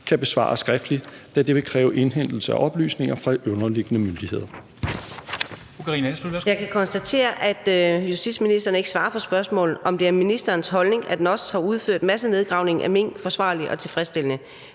kan besvare skriftligt, da det vil kræve indhentelse af oplysninger fra de underliggende myndigheder.